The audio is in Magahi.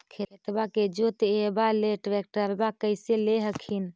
खेतबा के जोतयबा ले ट्रैक्टरबा कैसे ले हखिन?